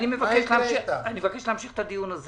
מבקש להמשיך את הדיון הזה